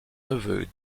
neveu